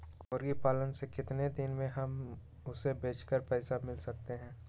मुर्गी पालने से कितने दिन में हमें उसे बेचकर पैसे मिल सकते हैं?